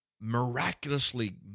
miraculously